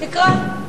תקרא.